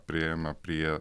priėjome prie